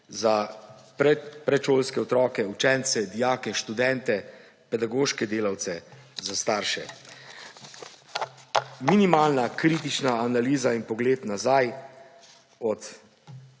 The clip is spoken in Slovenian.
za predšolske otroke, učence, dijake in študente, pedagoške delavce, za starše. Minimalna kritična analiza in pogled nazaj od